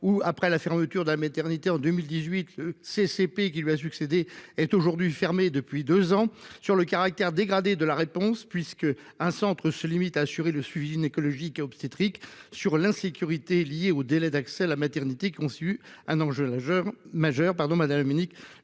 ou après la fermeture de la maternité en 2018, le CCP qui lui a succédé est aujourd'hui fermé depuis 2 ans sur le caractère dégradé de la réponse puisque un centre se limite à assurer le suivi gynécologique et obstétrique sur l'insécurité, liée au délai d'accès la maternité conçu un enjeu. Majeur pardon Madame Dominique